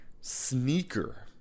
sneaker